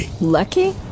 Lucky